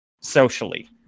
socially